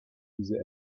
diese